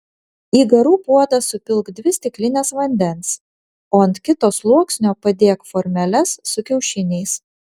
į garų puodą supilk dvi stiklines vandens o ant kito sluoksnio padėk formeles su kiaušiniais